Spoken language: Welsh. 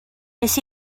wnes